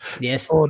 Yes